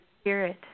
spirit